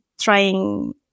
trying